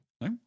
No